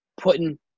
putting